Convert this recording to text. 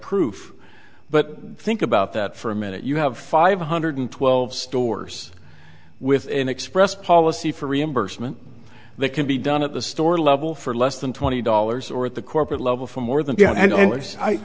proof but think about that for a minute you have five hundred twelve stores with an express policy for reimbursement they can be done at the store level for less than twenty dollars or at the corporate level for more than you and i